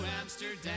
Amsterdam